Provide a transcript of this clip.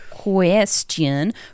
question